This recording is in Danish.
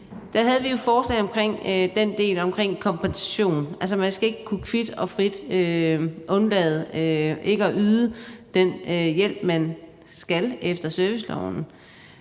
Der havde vi et forslag omkring den del, der handler om kompensation; altså, man skal ikke frit og kvit kunne undlade at yde den hjælp, man skal, efter serviceloven.